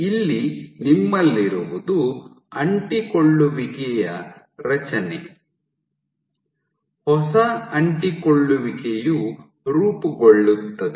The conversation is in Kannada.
ಇಲ್ಲಿ ನಿಮ್ಮಲ್ಲಿರುವುದು ಅಂಟಿಕೊಳ್ಳುವಿಕೆಯ ರಚನೆ ಹೊಸ ಅಂಟಿಕೊಳ್ಳುವಿಕೆಯು ರೂಪುಗೊಳ್ಳುತ್ತದೆ